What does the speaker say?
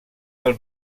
del